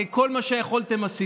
כל מה שיכולתם, עשיתם.